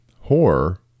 Horror